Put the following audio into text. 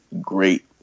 great